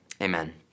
Amen